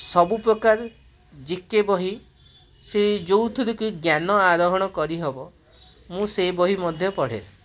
ସବୁପ୍ରକାର G K ବହି ସେଇ ଯେଉଁଥିରୁ କି ଜ୍ଞାନ ଆରୋହଣ କରିହବ ମୁଁ ସେ ବହି ମଧ୍ୟ ପଢ଼େ